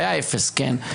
היה אפס, כן.